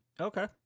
Okay